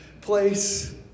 place